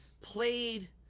played